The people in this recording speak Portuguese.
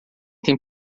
tem